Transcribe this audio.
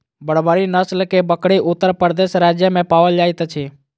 बर्बरी नस्ल के बकरी उत्तर प्रदेश राज्य में पाओल जाइत अछि